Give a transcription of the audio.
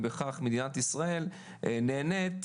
ובכך מדינת ישראל נהנית,